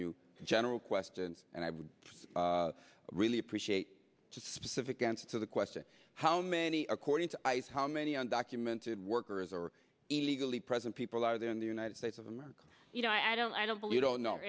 a general question and i would really appreciate to specific answer to the question how many according to ice how many undocumented workers are in legally present people are there in the united states of america you know i don't i don't believe don't know